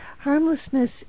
Harmlessness